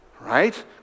Right